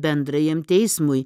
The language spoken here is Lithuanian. bendrajam teismui